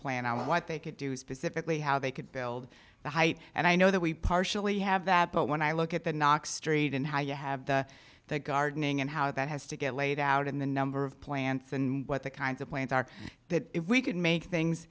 plan on what they could do specifically how they could build the height and i know that we partially have that but when i look at the knock street and how you have the gardening and how that has to get laid out in the number of plants and what the kinds of plants are that if we could make things